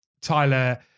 Tyler